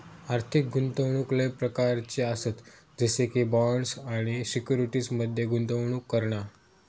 आर्थिक गुंतवणूक लय प्रकारच्ये आसत जसे की बॉण्ड्स आणि सिक्युरिटीज मध्ये गुंतवणूक करणा